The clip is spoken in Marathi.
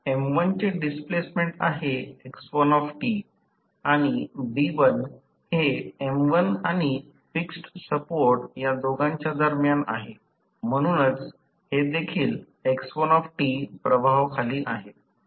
डिस्प्लेसमेंट आणि हे आणि फिक्स्ड सपोर्ट या दोघांच्या दरम्यान आहे म्हणूनच हे देखील प्रभावाखाली आहे